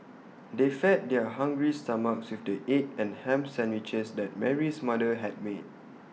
they fed their hungry stomachs with the egg and Ham Sandwiches that Mary's mother had made